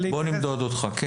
בוא נמדוד אותך, כן.